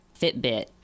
Fitbit